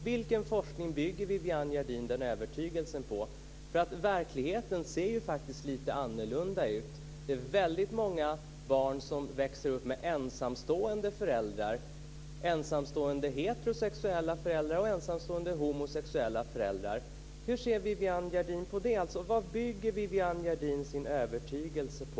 Vilken forskning bygger Viviann Gerdin den övertygelsen på? Verkligheten ser lite annorlunda ut. Det är väldigt många barn som växer upp med ensamstående föräldrar, ensamstående heterosexuella och ensamstående homosexuella föräldrar. Hur ser Viviann Gerdin på de barnen? Vad bygger Viviann Gerdin sin övertygelse på?